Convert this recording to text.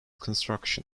construction